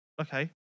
Okay